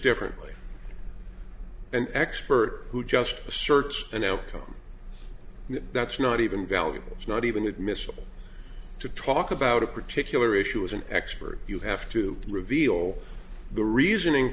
differently an expert who just asserts an outcome that's not even valuable it's not even admissible to talk about a particular issue as an expert you have to reveal the reasoning